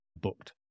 booked